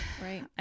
Right